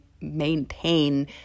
maintain